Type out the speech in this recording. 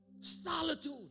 solitude